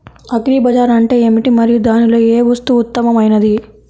Agri bazaar అంటే ఏమిటి మరియు దానిలో ఏ వస్తువు ఉత్తమమైనది?